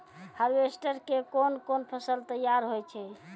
Harvester के कोन कोन फसल तैयार होय छै?